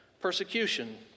persecution